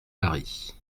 paris